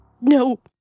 No